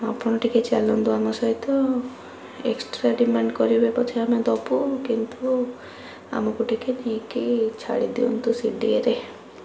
ଆପଣ ଟିକିଏ ଚଳାନ୍ତୁ ଆମ ସହିତ ଏକ୍ସଟ୍ରା ଡିମାଣ୍ଡ କରିବେ ପଛେ ଦେବୁ କିନ୍ତୁ ଆମକୁ ଟିକିଏ ନେଇକି ଛାଡ଼ି ଦିଅନ୍ତୁ ଶିଡ଼ିଏରେ